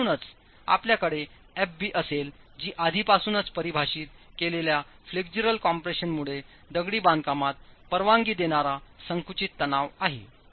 आणि म्हणूनच आपल्याकडे Fb असेल जीआधीपासूनच परिभाषित केलेल्या फ्लेक्स्युलर कम्प्रेशनमुळेदगडी बांधकामात परवानगी देणारा संकुचित तणाव आहे